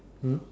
mm